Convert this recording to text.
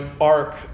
arc